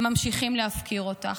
ממשיכים להפקיר אותך.